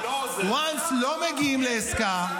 אם לא מגיעים לעסקה,